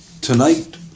Tonight